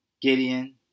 Gideon